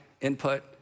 input